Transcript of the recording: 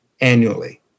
annually